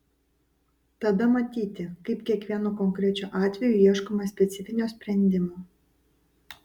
tada matyti kaip kiekvienu konkrečiu atveju ieškoma specifinio sprendimo